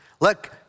Look